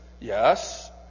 Yes